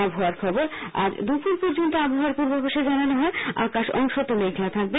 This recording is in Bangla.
আবহাওয়া আজ দৃপুর পর্যন্ত আবহাওয়ার পূর্বাভাসে জানানো হয় আকাশ অংশত মেঘলা থাকবে